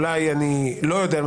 ואולי אני לא יודע,